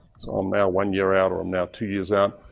it's all i'm now one year out or i'm now two years out.